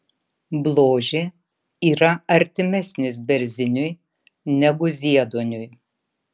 bložė yra artimesnis berziniui negu zieduoniui